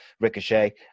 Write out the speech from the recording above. Ricochet